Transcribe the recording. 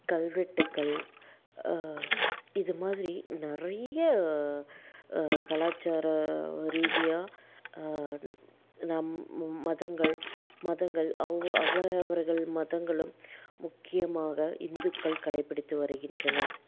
கல்வெட்டுக்கள் இது மாதிரி நிறைய கலாச்சார ரீதியாக நம்ம மதங்கள் மதங்கள் அவ அவர் அவர்கள் மதங்களும் முக்கியமாக இந்துக்கள் கடைப்பிடித்து வருகின்றன